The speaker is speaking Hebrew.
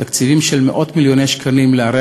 תקציבים של מאות-מיליוני שקלים לערי